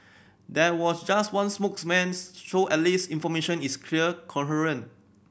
there was just one spokesman so at least information is clear coherent